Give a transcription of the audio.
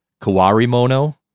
Kawarimono